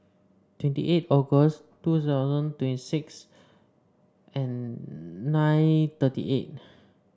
twenty eight August two thousand twenty six and nine thirty eight